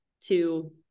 to-